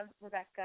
Rebecca